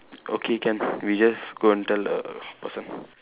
okay can we just go and tell the person